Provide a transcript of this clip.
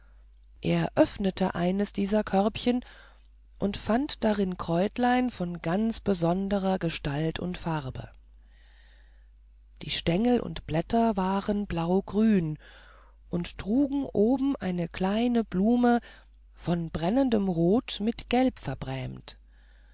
er öffnete eines dieser körbchen und fand darin kräutlein von ganz besonderer gestalt und farbe die stengel und blätter waren blaugrün und trugen oben eine kleine blume von brennendem rot mit gelb verbrämt